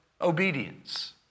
obedience